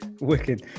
Wicked